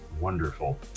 wonderful